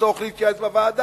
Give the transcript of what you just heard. בצורך להתייעץ בוועדה,